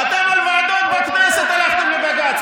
אתם על ועדות בכנסת הלכתם לבג"ץ.